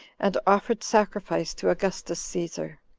and offered sacrifice to augustus caesar,